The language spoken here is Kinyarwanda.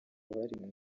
abari